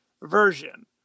version